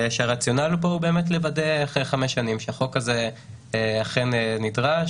הרציונל פה הוא לוודא אחרי חמש שנים שהחוק הזה אכן נדרש,